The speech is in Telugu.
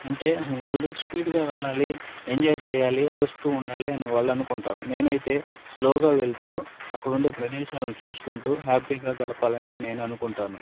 అంటే వాళ్ళు స్పీడ్గా వెళ్ళాలి ఎంజాయ్ చెయ్యాలి అరుస్తూ ఉండాలి అని వాళ్ళనుకుంటారు నేనైతే స్లోగా వెళ్తూ అక్కడుండే ప్రదేశాలను చూసుకుంటూ హ్యాపీగా గడపాలని నేననుకుంటాను